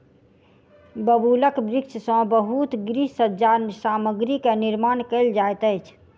बबूलक वृक्ष सॅ बहुत गृह सज्जा सामग्री के निर्माण कयल जाइत अछि